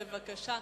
בבקשה,